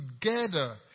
together